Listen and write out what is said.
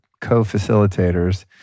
co-facilitators